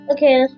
Okay